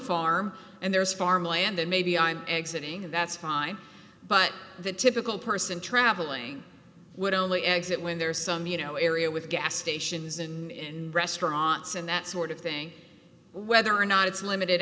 farm and there's farmland then maybe i'm exiting and that's fine but the typical person traveling would only exit when there are some you know area with gas stations in restaurants and that sort of thing whether or not it's limited